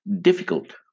difficult